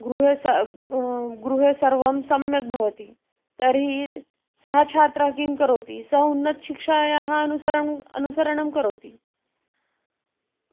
गृहे सः गृहे सर्वं सम्यक् भवति तर्हि सः छात्रः किं करोति सः उन्नतशिक्षायाः अनुसारम् अनुसरणं करोति